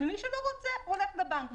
ומי שלא רוצה הולך לבנק.